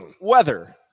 Weather